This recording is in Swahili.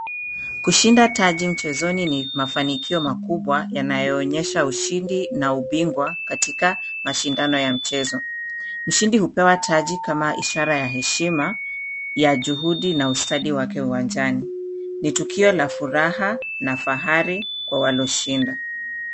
Kushinda taji mchezoni ni mafanikio makubwa yanayoonyesha ushindi na ubingwa katika mashindano ya mchezo. Mshindi hupewa taji kama ishara ya heshima ya juhudi na ustadi wake uwanjani. Ni tukio la furaha na fahari kwa walioshinda